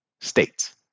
States